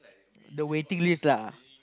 the waiting list lah